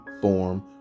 form